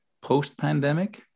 post-pandemic